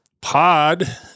pod